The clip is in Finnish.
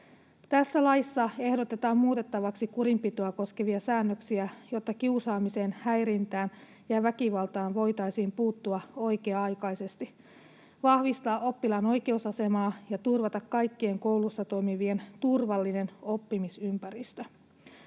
Tässä laissa ehdotetaan muutettavaksi kurinpitoa koskevia säännöksiä, jotta kiusaamiseen, häirintään ja väkivaltaan voitaisiin puuttua oikea-aikaisesti, vahvistaa oppilaan oikeusasemaa ja turvata kaikkien koulussa toimivien turvallinen oppimisympäristö.